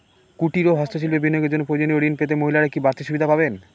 কুটীর ও হস্ত শিল্পে বিনিয়োগের জন্য প্রয়োজনীয় ঋণ পেতে মহিলারা কি বাড়তি সুবিধে পাবেন?